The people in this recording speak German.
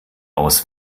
aus